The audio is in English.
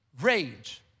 rage